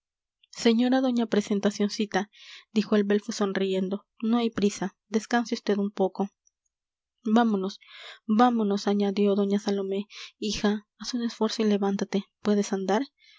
señora doña presentacioncita dijo el belfo sonriendo no hay prisa descanse vd un poco vámonos vámonos añadió doña salomé hija haz un esfuerzo y levántate puedes andar